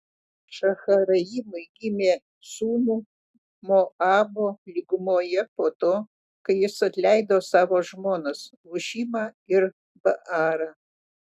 šaharaimui gimė sūnų moabo lygumoje po to kai jis atleido savo žmonas hušimą ir baarą